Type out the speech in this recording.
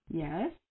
Yes